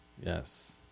yes